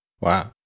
Wow